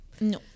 no